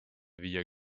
viia